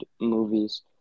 movies